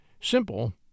Simple